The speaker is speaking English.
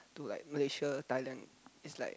to like Malaysia Thailand it's like